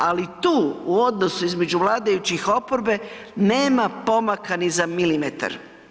Ali tu u odnosu između vladajućih i oporbe nema pomaka ni za milimetar.